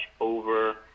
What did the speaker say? over